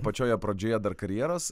pačioje pradžioje dar karjeros